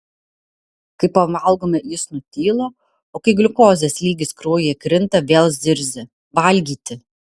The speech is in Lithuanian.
kai pavalgome jis nutyla o kai gliukozės lygis kraujyje krinta vėl zirzia valgyti